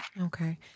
Okay